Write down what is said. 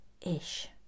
ish